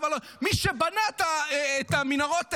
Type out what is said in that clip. מי שבנה את המנהרות האלה,